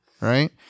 Right